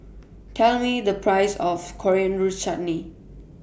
Tell Me The Price of Coriander Chutney